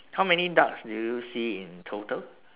how many ducks do you see in total